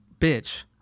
bitch